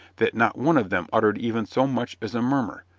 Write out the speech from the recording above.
that not one of them uttered even so much as a murmur,